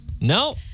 No